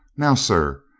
now, sir,